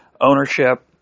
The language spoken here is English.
ownership